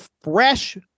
fresh